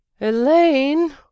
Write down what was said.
Elaine